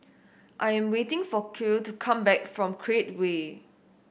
I'm waiting for Kiel to come back from Create Way